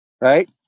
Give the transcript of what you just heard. right